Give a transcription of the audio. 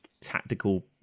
tactical